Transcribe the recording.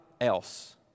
else